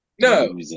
No